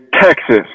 Texas